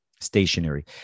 stationary